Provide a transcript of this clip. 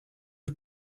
you